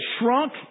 shrunk